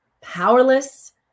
powerless